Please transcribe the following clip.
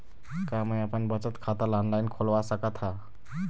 का मैं अपन बचत खाता ला ऑनलाइन खोलवा सकत ह?